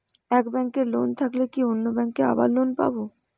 এক ব্যাঙ্কে লোন থাকলে কি অন্য ব্যাঙ্কে আবার লোন পাব?